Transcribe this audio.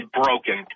broken